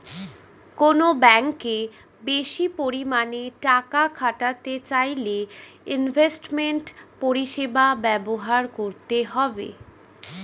কোনো ব্যাঙ্কে বেশি পরিমাণে টাকা খাটাতে চাইলে ইনভেস্টমেন্ট পরিষেবা ব্যবহার করতে হবে